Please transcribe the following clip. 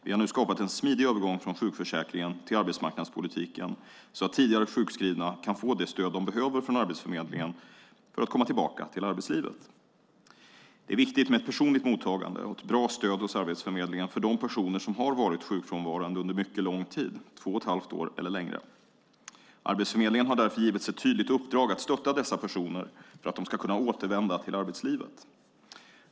Vi har nu skapat en smidig övergång från sjukförsäkringen till arbetsmarknadspolitiken så att tidigare sjukskrivna kan få det stöd de behöver från Arbetsförmedlingen för att komma tillbaka till arbetslivet. Det är viktigt med ett personligt mottagande och ett bra stöd hos Arbetsförmedlingen för de personer som har varit sjukfrånvarande under mycket lång tid, två och ett halvt år eller längre. Arbetsförmedlingen har därför givits ett tydligt uppdrag att stötta dessa personer för att de ska kunna återvända till arbetslivet.